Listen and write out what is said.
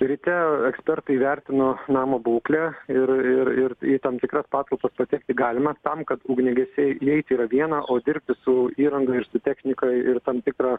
ryte ekspertai įvertino namo būklę ir ir ir į tam tikrą patalpas patekti galima tam kad ugniagesiai įeiti yra viena o dirbti su įranga ir su technika ir tam tikra